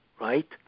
right